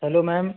hello ma'am